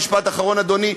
המשפט האחרון, אדוני.